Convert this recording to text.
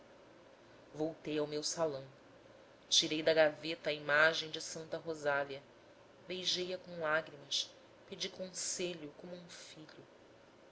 voltei ao meu salão tirei da gaveta a imagem de santa rosália beijei-a com lágrimas pedi conselho como um filho